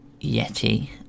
Yeti